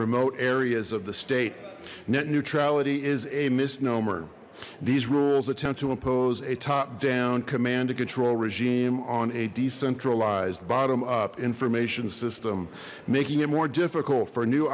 remote areas of the state net neutrality is a misnomer these rules attempt to impose a top down command and control regime on a decentralized bottom up information system making it more difficult for new